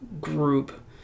group